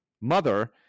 mother